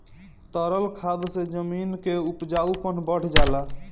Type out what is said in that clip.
तरल खाद से जमीन क उपजाऊपन बढ़ जाला